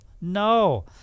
No